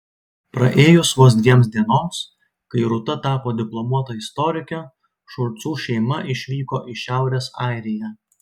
praėjus vos dviems dienoms kai rūta tapo diplomuota istorike šulcų šeima išvyko į šiaurės airiją